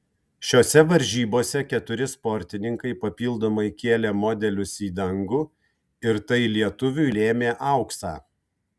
šiose varžybose keturi sportininkai papildomai kėlė modelius į dangų ir tai lietuviui lėmė auksą